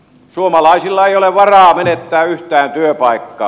suomalaisilla ei ole varaa menettää yhtään työpaikkaa